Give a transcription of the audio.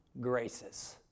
graces